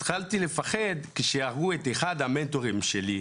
התחלתי לפחד כאשר הרגו את אחד המנטורים שלי,